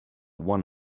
one